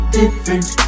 different